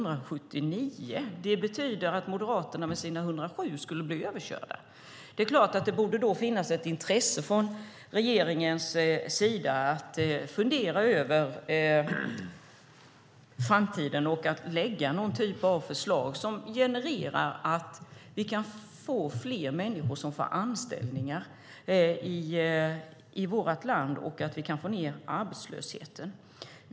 Det betyder att Moderaterna med sina 107 röster skulle bli överkörda. Då borde det finnas ett intresse från regeringens sida att fundera över framtiden och lägga fram någon typ av förslag som genererar att fler människor får anställningar i vårt land och att vi kan få ned arbetslösheten.